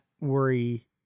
worry